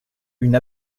une